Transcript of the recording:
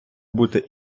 бути